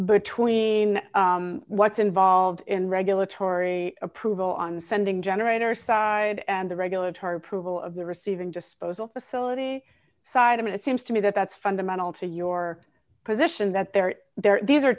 between what's involved in regulatory approval on sending generator side and the regulatory approval of the receiving disposal facility side of it it seems to me that that's fundamental to your position that they're there